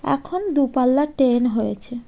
এখন দূরপাল্লার ট্রেন হয়েছে